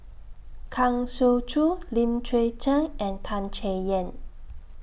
Kang Siong Joo Lim Chwee Chian and Tan Chay Yan